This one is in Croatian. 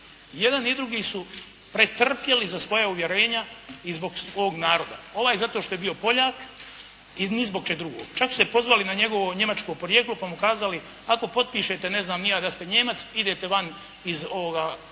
Jedan i drugi su pretrpjeli za svoja uvjerenja i zbog ovog naroda. Ovaj zato što je bio Poljak i ni zbog čega drugog. Čak su se pozvali na njegovo njemačko porijeklo pa mu kazali, ako potpišete ne znam ni ja da ste Nijemac, idete van iz ovoga logora